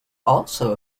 also